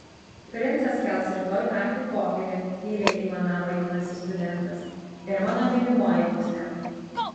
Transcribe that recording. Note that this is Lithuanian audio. princas kels rytoj naktį pokylį tyliai aimanavo jaunasis studentas ir mano mylimoji bus ten